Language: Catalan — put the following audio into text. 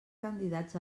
candidats